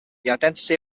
identity